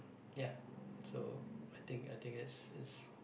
ya so I think I think it's is